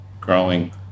growing